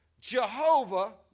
Jehovah